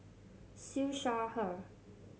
Siew Shaw Her